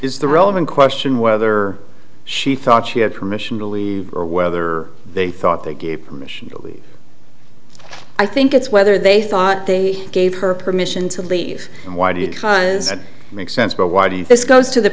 is the relevant question whether she thought she had permission to leave or whether they thought they gave permission i think it's whether they thought they gave her permission to leave and why did because it makes sense but why do you this goes to the